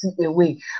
away